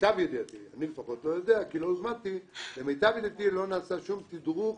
למיטב ידיעתי אני לפחות לא יודע כי לא הוזמנתי לא נעשה שום תדרוך